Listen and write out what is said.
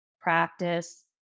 practice